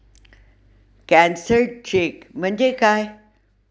Cancelled cheque म्हणजे काय?